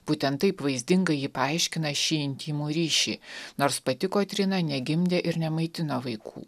būtent taip vaizdingai ji paaiškina šį intymų ryšį nors pati kotryna negimdė ir nemaitino vaikų